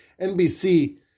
NBC